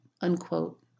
unquote